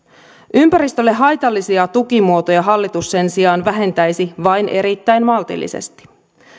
ympäristölle haitallisia tukimuotoja hallitus sen sijaan vähentäisi vain erittäin maltillisesti